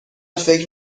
فکر